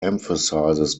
emphasizes